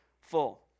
full